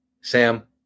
Sam